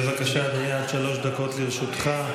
בבקשה, אדוני, עד שלוש דקות לרשותך.